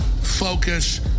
focus